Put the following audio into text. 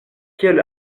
kiel